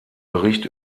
bericht